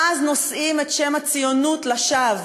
ואז נושאים את שם הציונות לשווא.